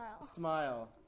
Smile